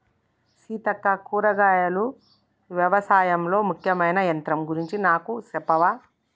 సీతక్క కూరగాయలు యవశాయంలో ముఖ్యమైన యంత్రం గురించి నాకు సెప్పవా